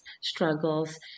struggles